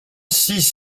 six